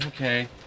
okay